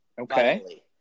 Okay